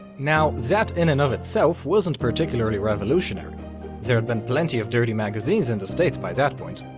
now, that in and of itself wasn't particularly revolutionary there'd been plenty of dirty magazines in the states by that point.